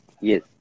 Yes